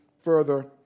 further